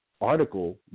article